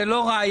זה לא ראייה,